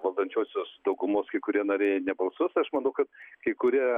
valdančiosios daugumos kai kurie nariai nebalsuos aš manau kad kai kurie